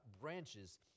branches